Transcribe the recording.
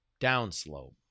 downslope